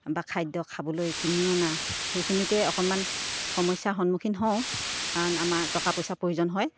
বা খাদ্য খাবলৈ কিনি অনা সেইখিনিতে অকণমান সমস্যাৰ সন্মুখীন হওঁ কাৰণ আমাৰ টকা পইচা প্ৰয়োজন হয়